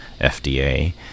FDA